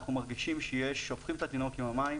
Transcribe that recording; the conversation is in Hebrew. אנחנו מרגישים שאנחנו שופכים את התינוק עם המים,